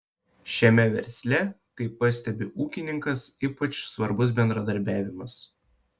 šiame versle kaip pastebi ūkininkas ypač svarbus bendradarbiavimas